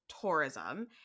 tourism